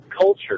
culture